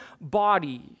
body